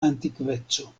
antikveco